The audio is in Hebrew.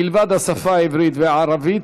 מלבד השפה העברית והערבית,